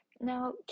Now